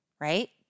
right